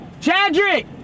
Chadrick